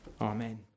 Amen